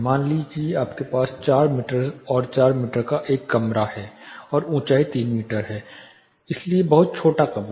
मान लें कि आपके पास 4 मीटर से 4 मीटर का कमरा है और ऊंचाई 3 मीटर है इसलिए बहुत छोटा कमरा